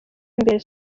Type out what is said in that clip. imbere